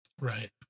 Right